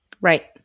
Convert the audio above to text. Right